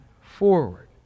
forward